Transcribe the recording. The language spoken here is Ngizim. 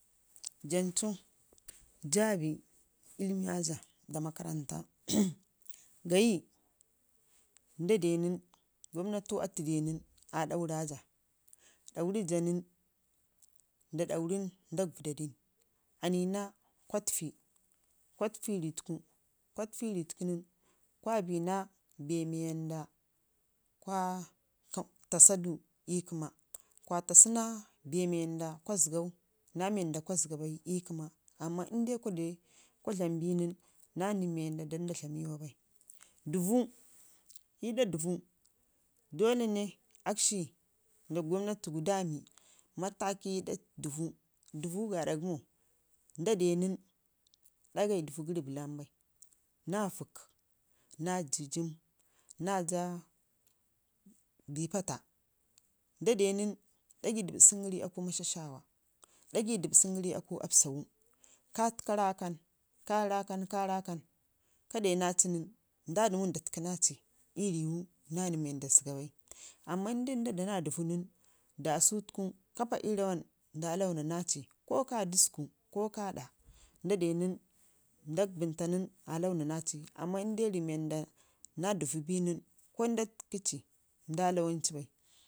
jancu jaabi da maka ranta gayi nda dee nən gwana tu atu dee nən aa daura jag, ɗauri jaa nən da dauri nda vədadin annina kwa təfii, kwa təfu nən kwa biina bii naa bee mii wanda kwa taashi du ii kəma, kwa tashi naa bee mii wanda kwa zəga ɓai ii kəma amma inde kwa dlam binən naa nən wanda da dlamiwa bai ii da dəvuu dole ne akshi gwamnatigu dami mataki ii ɗak dəvuu dəvuu gaada gəmo nda dee nən ɗagai dəvuugəri bəlan bai na vək nag dijəm naajaa bik paata nda ɗew nən ɗagai dəbsəngəri ii aku mashashaawa ɗagai dəbsəngəri ii aku gabsawu kaa təka rakan, ka rakan, kara kan ka denaci nən ɗaga da takə naci ii əii tunu amman inde nda dan a dəvuu nən dasutu ku kapa krawan nda lawan naa ci ko ka dasƙu ko ƙa ɗa nda dew nən ndak bənta nən aa launa naa ci amma inde rii wanda na dəvaa bi nən ko nda təkə fii nda lawan ci bai